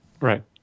Right